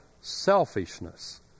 selfishness